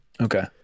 okay